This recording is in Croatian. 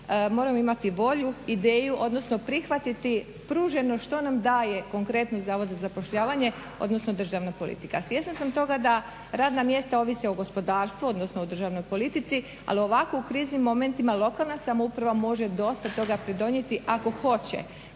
moramo imati volju, ideju odnosno prihvatiti pruženo što nam daje konkretno Zavod za zapošljavanje odnosno državna politika. Svjesna sam toga da radna mjesta ovise o gospodarstvu odnosno o državnoj politici, ali ovako u kriznim momentima lokalna samouprava može dosta toga pridonijeti ako hoće.